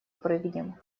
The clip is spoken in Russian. прыгнем